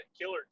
killer